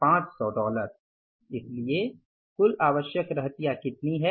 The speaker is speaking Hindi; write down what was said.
37500 इसलिए कुल आवश्यक रहतिया कितनी है